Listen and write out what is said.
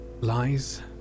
Lies